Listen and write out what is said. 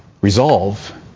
resolve